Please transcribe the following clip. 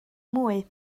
mwy